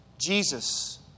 Jesus